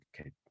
okay